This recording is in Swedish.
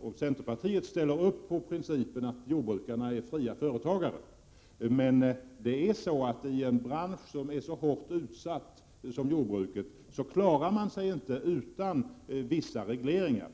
och centerpartiet ställer upp för principen att jordbrukarna skall vara fria företagare. Men i en bransch som är så hårt utsatt som jordbruket klarar man sig inte utan vissa regleringar.